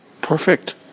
Perfect